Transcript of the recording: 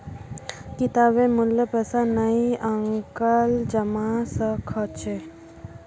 किताबेर मूल्य पैसा नइ आंकाल जबा स ख छ